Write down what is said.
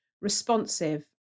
responsive